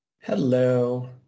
Hello